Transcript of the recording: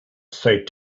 said